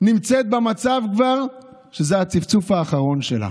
נמצאת במצב שזה כבר הצפצוף האחרון שלה.